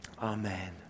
Amen